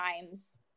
times